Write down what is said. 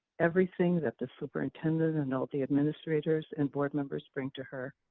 everything that the superintendent and all the administrators and board members bring to her.